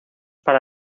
para